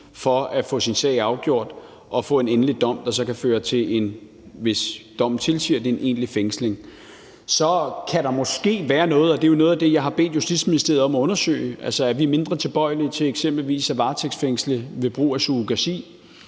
på at få sin sag afgjort og få en endelig dom, der så kan føre til en egentlig fængsling, hvis dommen tilsiger det. Så kan der måske være noget i at undersøge – og det er noget af det, jeg har bedt Justitsministeriet om – om vi er mindre tilbøjelige til eksempelvis at varetægtsfængsle ved brug af surrogasi.